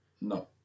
No